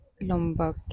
Lombok